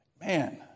Man